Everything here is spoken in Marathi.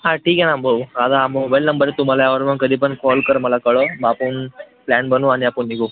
हां ठीक आहे ना भाऊ माझा हा मोबाईल नंबर तूम् आल्यावर मग कधी पण कॉल कर मला कळव मग आपण प्लॅन बनवू आणि आपण निघू